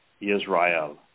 Israel